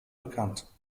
bekannt